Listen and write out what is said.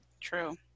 true